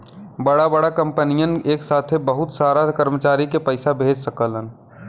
बड़ा बड़ा कंपनियन एक साथे बहुत सारा कर्मचारी के पइसा भेज सकलन